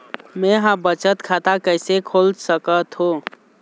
मै ह बचत खाता कइसे खोल सकथों?